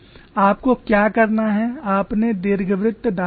आपको क्या करना है आपने दीर्घवृत्त डाल दिया है